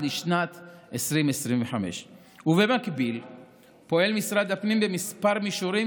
לשנת 2025. במקביל פועל משרד הפנים בכמה מישורים,